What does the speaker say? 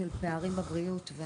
של פערים בבריאות.